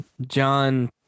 John